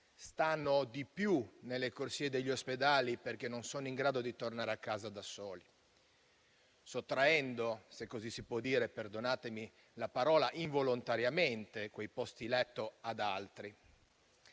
stanno più a lungo nelle corsie degli ospedali, perché non sono in grado di tornare a casa da soli, sottraendo - se così si può dire, perdonatemi la parola - involontariamente quei posti letto ad altri?